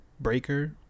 Breaker